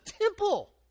temple